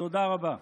תודה רבה.